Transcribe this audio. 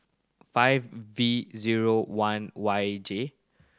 five V zero one Y J